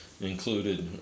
included